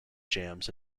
jams